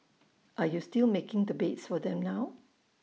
are you still making the beds for them now